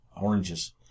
oranges